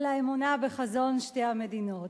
על האמונה בחזון שתי המדינות.